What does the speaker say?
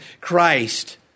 Christ